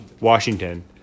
Washington